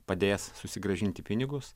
padės susigrąžinti pinigus